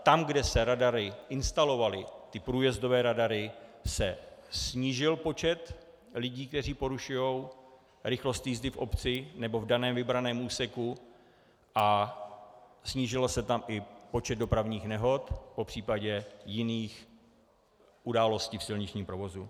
Tam, kde se radary instalovaly, průjezdové radary, snížil se počet lidí, kteří porušují rychlost jízdy v obci nebo v daném vybraném úseku, a snížil se tam i počet dopravních nehod, popřípadě jiných událostí v silničním provozu.